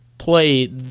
play